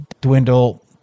dwindle